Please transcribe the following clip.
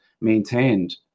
maintained